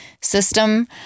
system